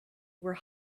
were